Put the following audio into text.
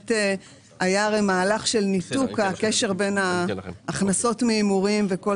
היה מהלך של ניתוק הקשר בין ההכנסות מהימורים וכל